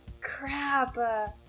Crap